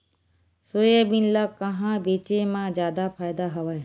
Soybean ल कहां बेचे म जादा फ़ायदा हवय?